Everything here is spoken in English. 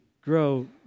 grow